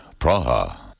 Praha